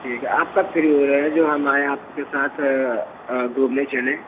ठीक है आप कब फ्री हो रहे हैं जो हम आएँ आपके साथ घूमने चलें